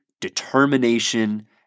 determination